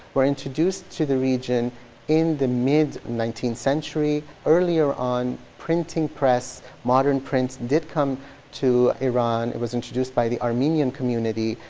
were introduced to the region in the mid nineteenth century. earlier on, printing press modern prints did come to iran. it was introduced by the armenian community.